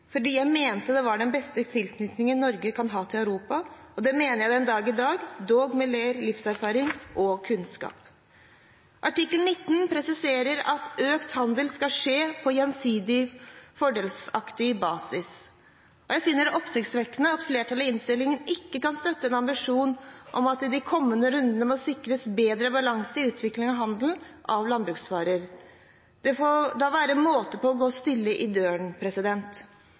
fordi jeg mente det var den beste tilknytningen Norge kan ha til Europa. Det mener jeg den dag i dag, dog med mer livserfaring og kunnskap. Artikkel 19 presiserer at økt handel skal skje på gjensidig fordelaktig basis. Jeg finner det oppsiktsvekkende at flertallet i innstillingen ikke kan støtte en ambisjon om at det i de kommende rundene må sikres bedre balanse i utviklingen av handelen av landbruksvarer. Det får da være måte på å gå stille i